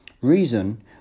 Reason